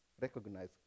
recognize